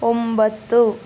ಒಂಬತ್ತು